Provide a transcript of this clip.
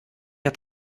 der